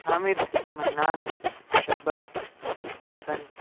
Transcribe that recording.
Hamid Mannan Shabbar Hasan